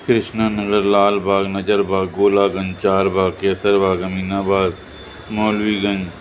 Krishna Nagar Lalbagh Nazarbagh Golaganj Charbagh Kaiserbagh Aminabad Maulviganj